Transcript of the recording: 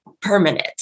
Permanent